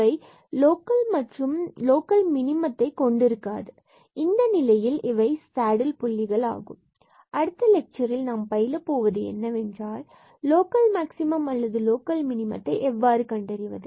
அவை லோக்கல் மற்றும் அல்லது லோக்கல் மினிமத்தை கொண்டிருக்காது மற்றும் இந்த நிலையில் இவை சேடில் புள்ளிகள் ஆகும் அடுத்த லெட்சரில் நாம் பயில போவது என்னவென்றால் லோக்கல் மேக்சிமம் அல்லது லோக்கல் மினிமம்தை எவ்வாறு கண்டறிவது